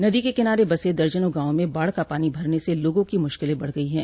नदी के किनारे बसे दर्जनों गांवों में बाढ़ का पानी भरने से लोगों की मुश्किले बढ़ गई है